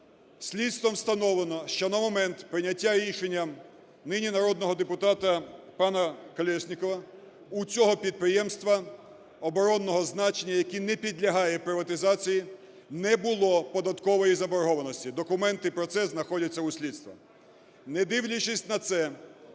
Слідством встановлено, що на момент прийняття рішення нині народного депутата пана Колєснікова у цього підприємства оборонного значення, яке не підлягає приватизації, не було податкової заборгованості. Документи про це знаходяться у слідства.